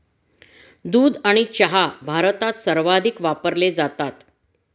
दूध आणि चहा भारतात सर्वाधिक वापरले जातात